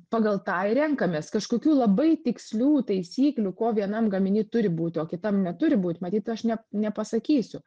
pagal tą ir renkamės kažkokių labai tikslių taisyklių ko vienam gaminy turi būti o kitam neturi būt matyt aš ne nepasakysiu